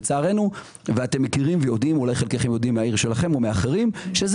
לצערנו, זה לא מיושם,